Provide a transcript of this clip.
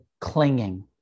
clinging